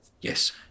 yes